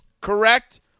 Correct